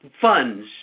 funds